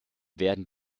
werden